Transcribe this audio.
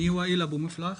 וואיל אבו מופלח,